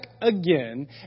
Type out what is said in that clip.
again